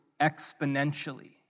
exponentially